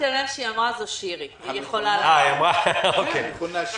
להסביר לשופטו שבגלל הקורונה קשה היה להשלים